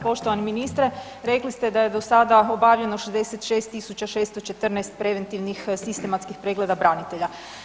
Poštovani ministre rekli ste da je do sada obavljeno 66.814 preventivnih sistematskih pregleda branitelja.